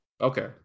okay